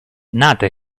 nata